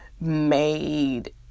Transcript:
made